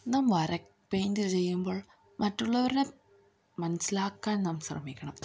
നാം വര പെയിൻറ്റ് ചെയ്യുമ്പോൾ മറ്റുള്ളവരുടെ മനസ്സിലാക്കാൻ നാം ശ്രമിക്കണം